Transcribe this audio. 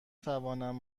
توانم